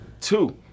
Two